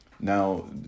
Now